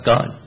God